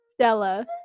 Stella